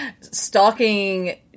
Stalking